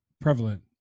prevalent